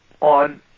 on